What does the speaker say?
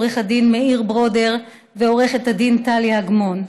עו"ד מאיר ברודר ועורכת הדין טליה אגמון,